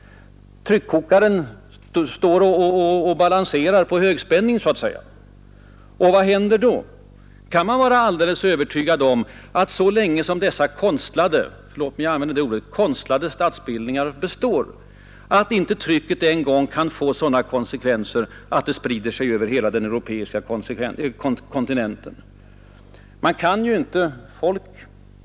Trycket är på väg att öka i tryckkokaren, så att säga. Och vad händer då? Kan man vara alldeles övertygad om att så länge som dessa — förlåt att jag använder ordet — konstlade statsbildningar består, de inbyggda motsättningarna inte kan bli till konsekvenser över hela den europeiska kontinenten?